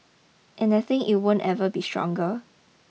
and I think it won't ever be stronger